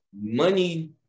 money